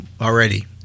already